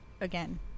again